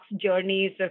journeys